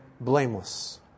blameless